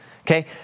Okay